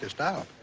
ah style.